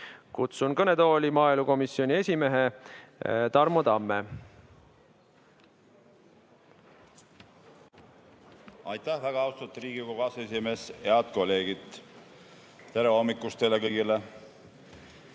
Kutsun kõnetooli maaelukomisjoni esimehe Tarmo Tamme. Aitäh, väga austatud Riigikogu aseesimees! Head kolleegid! Tere hommikust teile kõigile!